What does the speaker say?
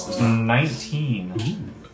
Nineteen